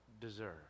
deserve